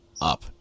up